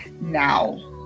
now